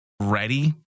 ready